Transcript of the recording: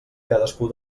cadascú